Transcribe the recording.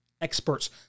experts